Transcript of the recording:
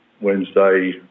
Wednesday